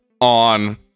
on